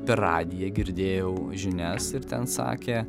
per radiją girdėjau žinias ir ten sakė